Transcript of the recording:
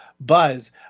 buzz